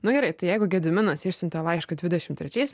nu gerai tai jeigu gediminas išsiuntė laišką dvidešim trečiais